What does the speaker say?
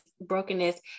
brokenness